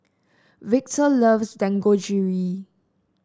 Victor loves Dangojiru